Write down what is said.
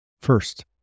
First